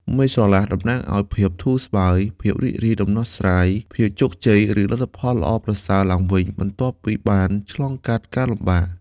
មេឃស្រឡះ តំណាងឲ្យ ភាពធូរស្បើយ ភាពរីករាយ ដំណោះស្រាយ ភាពជោគជ័យ ឬលទ្ធផលល្អប្រសើរឡើងវិញបន្ទាប់ពីបានឆ្លងកាត់ការលំបាក។